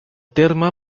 terme